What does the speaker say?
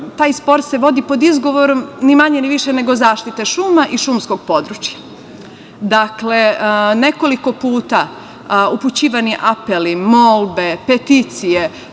Taj spor se vodi pod izgovorom ni manje ni više nego zaštita šuma i šumskog područja. Dakle, nekoliko puta upućivani su apeli, molbe, peticije